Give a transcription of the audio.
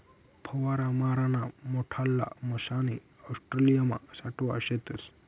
फवारा माराना मोठल्ला मशने ऑस्ट्रेलियामा सावठा शेतस